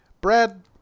brad